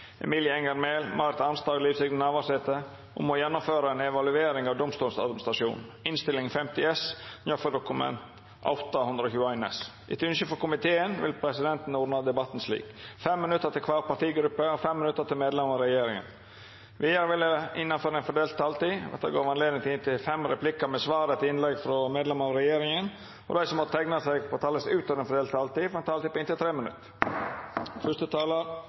slik: 5 minutt til kvar partigruppe og 5 minutt til medlemer av regjeringa. Vidare vil det – innanfor den fordelte taletida– verta gjeve anledning til inntil fem replikkar med svar etter innlegg frå medlemer av regjeringa, og dei som måtte teikna seg på talarlista utover den fordelte taletida, får ei taletid på inntil 3 minutt.